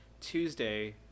tuesday